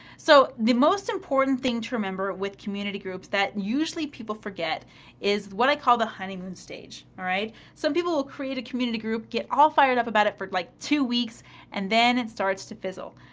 so, the most important thing to remember with community groups that usually people forget is what i call the honeymoon stage, alright? some people will create a community group, get all fired up about it for like two weeks and then it starts to fizzle.